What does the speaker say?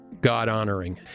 God-honoring